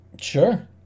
Sure